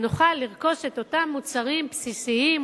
ונוכל לרכוש את אותם מוצרים בסיסיים,